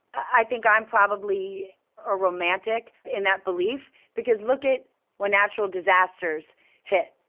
i think i'm probably a romantic in that belief. because look at when natural disasters hit.